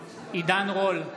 רול,